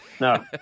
No